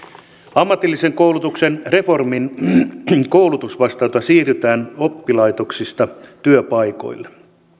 ammatillisen koulutuksen reformin koulutusvastuuta siirretään oppilaitoksista työpaikoille